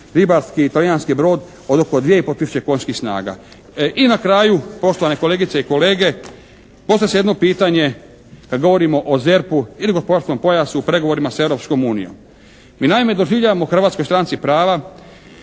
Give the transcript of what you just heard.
ribarski talijanski brod od oko 2 i pol tisuće konjskih snaga. I na kraju poštovane kolegice i kolege, postavlja se jedno pitanje kada govorimo o ZERP-u ili gospodarskom pojasu u pregovorima sa Europskom unijom. Mi naime, doživljavamo u Hrvatskoj stranci prava